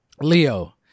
Leo